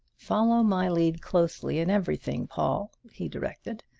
follow my lead closely in everything, paul! he directed.